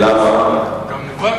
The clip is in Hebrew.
למה?